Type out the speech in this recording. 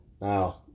Now